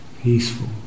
peaceful